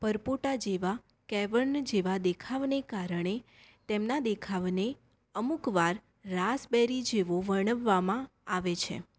પરપોટા જેવા કેવર્ન જેવા દેખાવને કારણે તેમના દેખાવને અમુકવાર રાસબેરી જેવો વર્ણવવામાં આવે છે